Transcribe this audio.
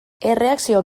erreakzio